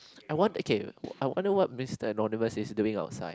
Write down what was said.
I want okay I wonder what Mister Anonymous is doing outside